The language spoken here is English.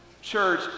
church